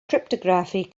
cryptography